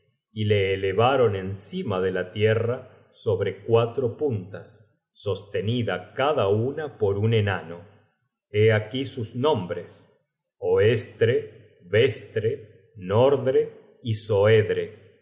y le elevaron encima de la tierra sobre cuatro puntas sostenida cada una por un enano hé aquí sns nombres oestre vestre nordre y